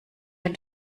ein